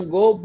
go